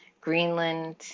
Greenland